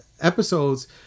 episodes